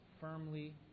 firmly